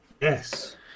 Yes